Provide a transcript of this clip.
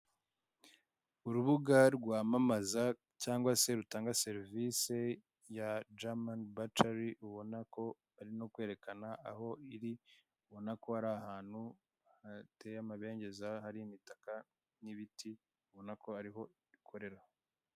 urubuga rwamamaza cyangwa se rutanga serivise ya Jamani bacari ubona ko barino kwerekana aho biri, urabona ko ari ahantu hateye amabengeza hari imitaka n'ibiti, ubona ko ariho ikorera.